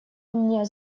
мне